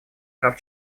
прав